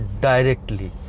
directly